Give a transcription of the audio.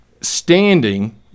standing